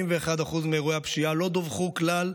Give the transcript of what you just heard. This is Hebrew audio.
41% מאירועי הפשיעה לא דווחו כלל,